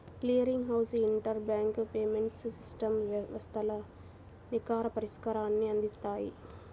clearing house inter bank payments system వ్యవస్థలు నికర పరిష్కారాన్ని అందిత్తాయి